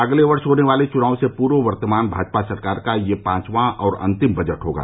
अगले वर्ष होने वाले चुनाव से पूर्व वर्तमान भाजपा सरकार का यह पांचवां और अन्तिम बजट होगा